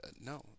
No